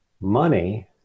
money